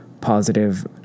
positive